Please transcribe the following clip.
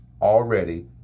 already